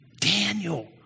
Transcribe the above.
Daniel